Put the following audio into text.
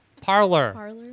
Parlor